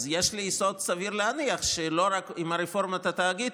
אז יש לי יסוד סביר להניח שלא רק עם רפורמת התאגיד,